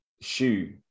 shoe